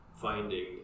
finding